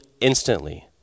instantly